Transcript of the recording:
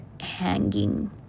hanging